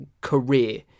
career